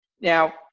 Now